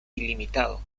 ilimitado